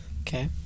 Okay